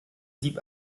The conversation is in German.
sieb